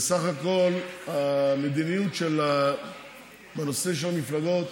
בסך הכול המדיניות בנושא של המפלגות